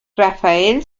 rafael